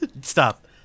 Stop